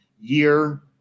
year